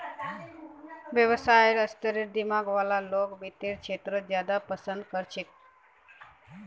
व्यवसायेर स्तरेर दिमाग वाला लोग वित्तेर क्षेत्रत ज्यादा पसन्द कर छेक